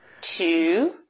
two